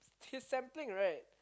his sampling right